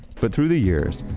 but through the years,